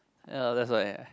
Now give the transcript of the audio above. ya that's why